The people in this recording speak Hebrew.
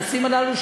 הנושאים הללו,